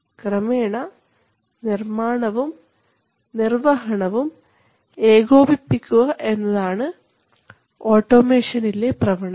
ക്രമേണ നിർമ്മാണവും നിർവ്വഹണവും ഏകോപിപ്പിക്കുക എന്നതാണ് ഓട്ടോമേഷനിലെ പ്രവണത